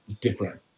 different